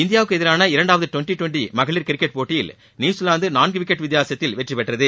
இந்தியாவுக்கு எதிரான இரண்டாவது டுவெண்டி டுவெண்டி மகளிர் கிரிக்கெட் போட்டியில் நியுசிவாந்து நான்கு விக்கெட் வித்தியாசத்தில் வெற்றிபெற்றது